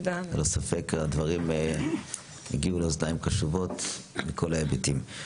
ללא ספק הדברים הגיעו לאוזניים קשובות מכל ההיבטים.